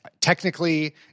technically